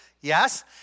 Yes